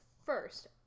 First